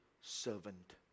servant